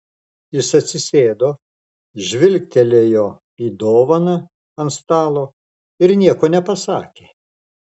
jis atsisėdo žvilgtelėjo į dovaną ant stalo ir nieko nepasakė